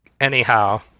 Anyhow